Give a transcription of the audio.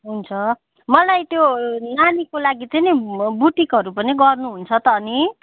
हुन्छ मलाई त्यो नानीको लागि चाहिँ नि बुटिकहरू पनि गर्नुहुन्छ त अनि